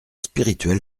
spirituel